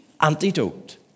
antidote